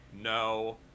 no